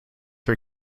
her